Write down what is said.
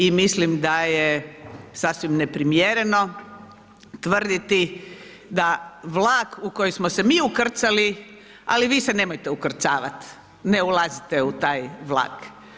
I mislim da je sasvim neprimjereno tvrditi da vlak u kojem smo se mi ukrcali, ali vi se nemojte ukrcavati, ne ulazite u taj vlak.